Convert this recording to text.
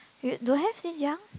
you don't have since young